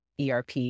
ERP